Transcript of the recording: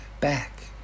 back